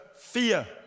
fear